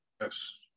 Yes